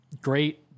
great